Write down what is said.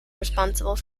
responsible